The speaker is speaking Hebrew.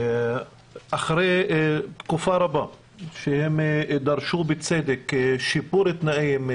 אחרי תקופה ארוכה שהם דרשו בצדק שיפור תנאים,